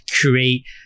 create